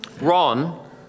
Ron